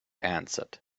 answered